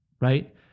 Right